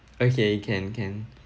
okay can can